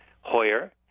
Hoyer